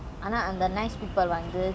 ஊக்கு:ookku